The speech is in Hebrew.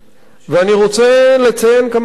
לחוק הזה, ואני רוצה לציין כמה מהם.